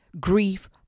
grief